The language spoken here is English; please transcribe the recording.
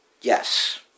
Yes